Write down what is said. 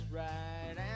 right